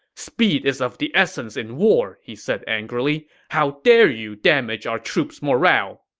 speed is of the essence in war, he said angrily. how dare you damage our troops' morale!